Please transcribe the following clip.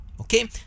Okay